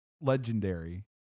legendary